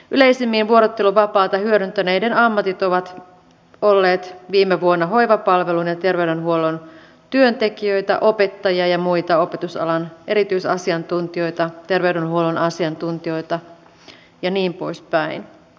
yleisimmin vuorotteluvapaata hyödyntäneet ovat ammatiltaan olleet viime vuonna hoivapalvelun ja terveydenhuollon työntekijöitä opettajia ja muita opetusalan erityisasiantuntijoita terveydenhuollon asiantuntijoita ja niin poispäin